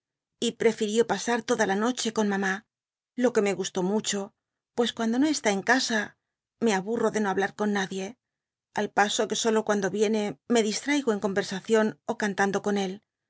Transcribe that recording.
y prefirió pasar toda la noche con mamá lo qu me gustó mucho pues cuando no está en casa me aburro de no hablar con nadie al paso que solo cuando yiene me distraigo en conversación ó cantando con ól